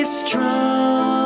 strong